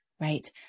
right